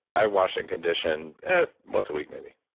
i wash and condition once a week maybe